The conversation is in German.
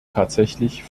tatsächlich